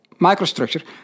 microstructure